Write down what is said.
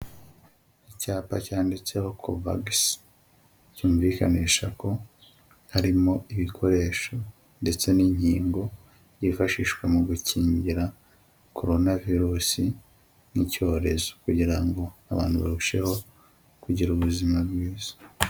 Icyapa cyanditseho covax, cyumvikanisha ko harimo ibikoresho ndetse n'inkingo byifashishwa mu gukingira corona virus nk'icyorezo kugira ngo abantu barusheho kugira ubuzima bwiza.